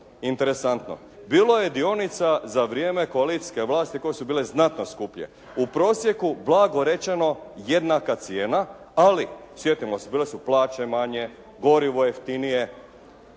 Interesantno. Bilo je dionica za koalicijske vlasti koje su bile znatno skuplje. U prosjeku blago rečeno jednaka cijena, ali sjetimo se bile su plaće manje, gorivo jeftinije,